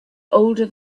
older